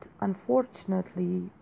unfortunately